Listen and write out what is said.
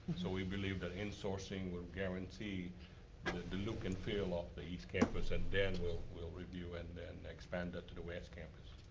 so we believe that in-sourcing would guarantee the look and feel of the east campus. and then, we'll we'll review and expand that to the west campus.